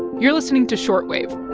you're listening to short wave.